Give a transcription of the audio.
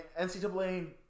NCAA